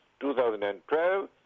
2012